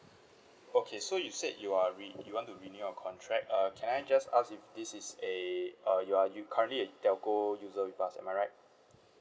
okay so you said you are re~ you want to renew your contract err can I just ask you this is a uh you are currently a telco user with us am I right